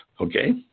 Okay